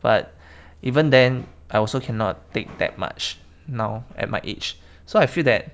but even then I also cannot take that much now at my age so I feel that